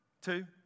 two